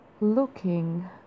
looking